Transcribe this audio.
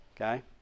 Okay